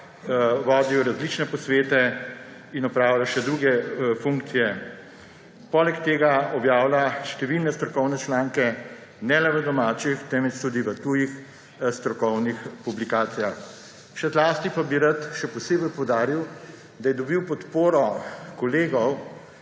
vodil je različne posvete in opravljal še druge funkcije. Poleg tega objavlja številne strokovne članke ne le v domačih, temveč tudi v tujih strokovnih publikacijah. Še zlasti pa bi rad še posebej poudaril, da je dobil podporo kolegov,